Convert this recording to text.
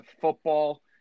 football